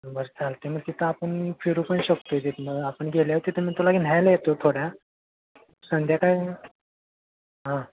बर चालतं आहे मग तिथं आपण फिरू पण शकतो आहे तिथनं आपण गेल्यावर तिथं मी तुला की न्यायला येतो थोडा संध्याकाळ हां